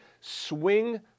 swing